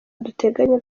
duteganya